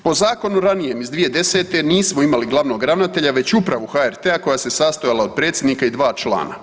Po zakonu ranijem iz 2010. nismo imali glavnog ravnatelja već upravu HRT-a koja se sastojala od predsjednika i dva člana.